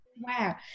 Wow